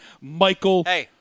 Michael